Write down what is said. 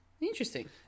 Interesting